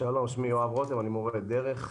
אני מורה דרך.